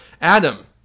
Adam